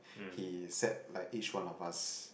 he said like each one of us